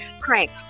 crank